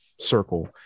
circle